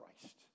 Christ